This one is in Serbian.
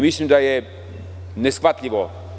Mislim da je to neshvatljivo.